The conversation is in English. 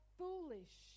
foolish